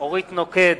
אורית נוקד,